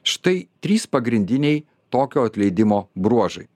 štai trys pagrindiniai tokio atleidimo bruožai